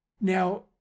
Now